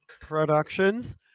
productions